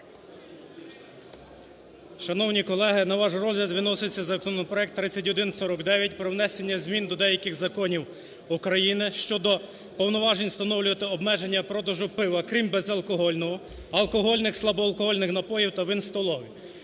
Шановні колеги, на ваш розгляд виноситься законопроект 3149 про внесення змін до деяких законів України щодо повноважень встановлювати обмеження продажу пива (крім безалкогольного), алкогольних, слабоалкогольних напоїв та вин столових.